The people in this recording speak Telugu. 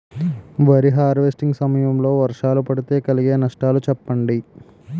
వరి హార్వెస్టింగ్ సమయం లో వర్షాలు పడితే కలిగే నష్టాలు చెప్పండి?